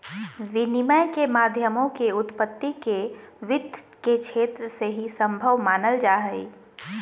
विनिमय के माध्यमों के उत्पत्ति के वित्त के क्षेत्र से ही सम्भव मानल जा हइ